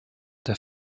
der